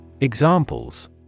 Examples